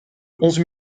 onze